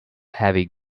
heavy